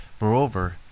Moreover